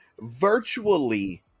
virtually